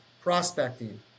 prospecting